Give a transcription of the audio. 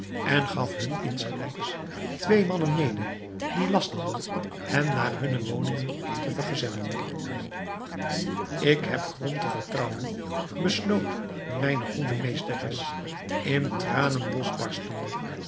en gaf hun insgelijks twee mannen mede die last hadden hen naar hunne woningen te vergezellen ik heb grond te vertrouwen besloot mijne goede meesteres in tranen losbarstende